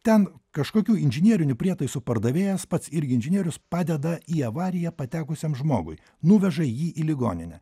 ten kažkokių inžinerinių prietaisų pardavėjas pats irgi inžinierius padeda į avariją patekusiam žmogui nuveža jį į ligoninę